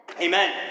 amen